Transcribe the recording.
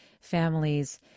families